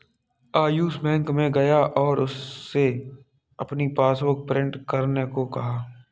Ayush bank में गया और उससे अपनी पासबुक प्रिंट करने को कहा